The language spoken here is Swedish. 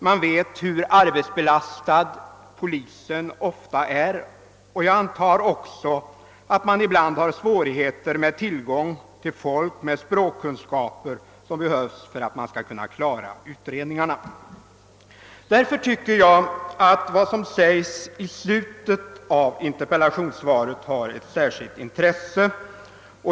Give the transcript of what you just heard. Man vet hur arbetsbelastad polisen ofta är, och jag antar också att man ibland har svårigheter med tillgång till folk med de språkkunskaper som behövs för att man skall kunna klara utredningarna. Därför tycker jag att det som säges i slutet av interpellationssvaret har särskilt intresse.